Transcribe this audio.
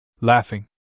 Laughing